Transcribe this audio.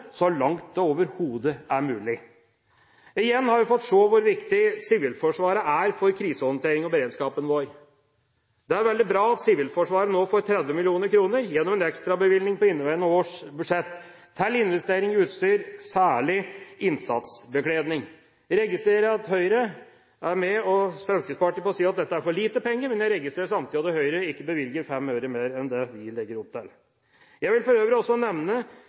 så langt det overhodet er mulig. Igjen har vi fått se hvor viktig Sivilforsvaret er for krisehåndtering og beredskapen vår. Det er veldig bra at Sivilforsvaret nå får 30 mill. kr gjennom en ekstrabevilgning på inneværende års budsjett til investering i utstyr, særlig innsatsbekledning. Jeg registrerer at Høyre og Fremskrittspartiet er med på å si at dette er for lite penger, men jeg registrerer samtidig at Høyre ikke bevilger fem øre mer enn det vi legger opp til. Jeg vil for øvrig også nevne